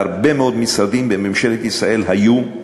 והרבה מאוד משרדים בממשלת ישראל היו,